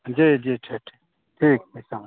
जी जी ठीक ठीक समझि